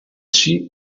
she